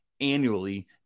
annually